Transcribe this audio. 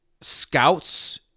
scouts